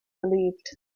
relieved